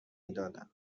میدادم